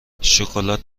شکلات